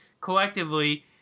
collectively